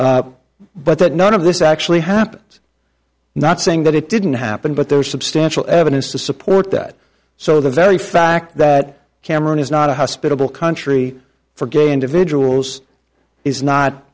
but that none of this actually happens not saying that it didn't happen but there is substantial evidence to support that so the very fact that cameron is not a hospitable country for gay individuals is not